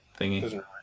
thingy